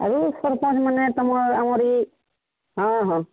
ଆରୁ ସରପଞ୍ଚ୍ମାନେ ତମର୍ ଆମର୍ ଇ ହଁ ହଁ